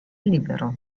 libero